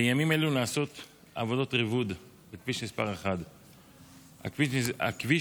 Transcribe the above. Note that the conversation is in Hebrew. בימים אלו נעשות עבודות ריבוד בכביש מס' 1. הכביש